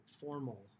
formal